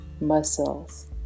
muscles